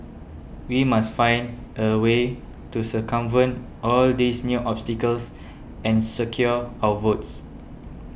we must find a way to circumvent all these new obstacles and secure our votes